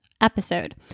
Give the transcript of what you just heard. episode